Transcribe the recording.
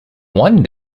one